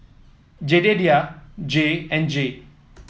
Jedediah Jay and Jay